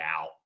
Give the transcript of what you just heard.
out